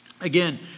Again